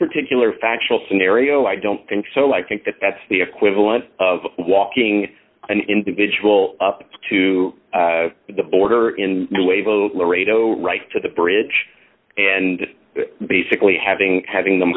particular factual scenario i don't think so i think that that's the equivalent of walking an individual up to the border in do able laredo right to the bridge and basically having having them